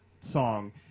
song